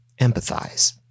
empathize